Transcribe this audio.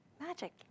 magic